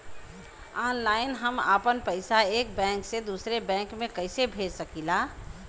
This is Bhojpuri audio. ऑनलाइन हम आपन पैसा एक बैंक से दूसरे बैंक में कईसे भेज सकीला?